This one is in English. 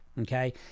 Okay